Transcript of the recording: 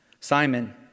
Simon